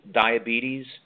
diabetes